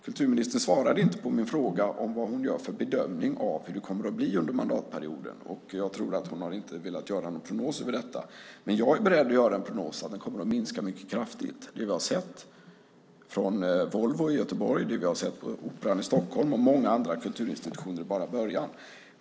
Kulturministern svarade inte på min fråga om vad hon gör för bedömning av hur det kommer att bli under mandatperioden, och jag tror att hon inte har velat göra någon prognos över detta. Men jag är beredd att göra prognosen att kultursponsringen kommer att minska mycket kraftigt. Det vi har sett från Volvo i Göteborg, på Operan i Stockholm och på många andra kulturinstitutioner är bara början.